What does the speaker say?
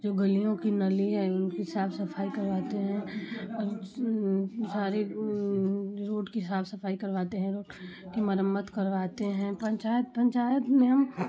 जो गलियों की नली है उनकी साफ सफाई करवाते हैं सारी रोड की साफ सफाई करवाते है उनकी मरम्मत करवाते है पंचायत पंचायत में हम